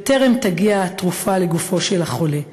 בטרם תגיע התרופה לגופו של החולה.